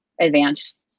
advanced